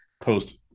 post